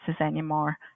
anymore